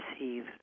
receive